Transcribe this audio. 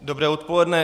Dobré odpoledne.